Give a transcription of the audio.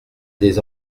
des